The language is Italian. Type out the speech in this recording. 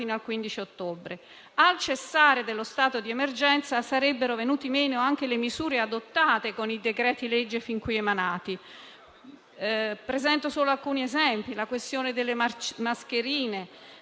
Al cessare dello stato di emergenza sarebbero venute meno anche le misure adottate con i decreti-legge fin qui emanati, come ad esempio